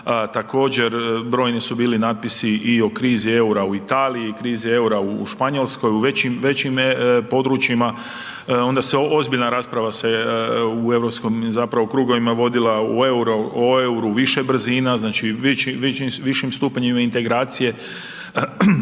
također brojni su bili natpisi i o krizi EUR-a u Italiji i krizi EUR-a u Španjolskoj, u većim, većim područjima, onda se, ozbiljna rasprava se u europskom zapravo krugovima vodila u EUR-o, o EUR-u u više brzina, znači s višim stupnjem integracije